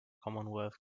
commonwealth